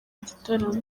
gitaramo